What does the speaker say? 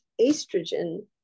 estrogen